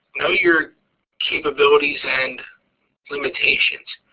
know your capabilities and limitations.